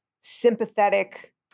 sympathetic